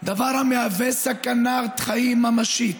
דבר המהווה סכנת חיים ממשית.